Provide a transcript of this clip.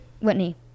Whitney